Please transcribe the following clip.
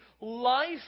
life